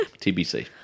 TBC